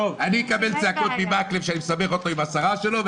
בסוף אני אקבל צעקות מאורי מקלב שאני מסבך אותו עם השרה שלו,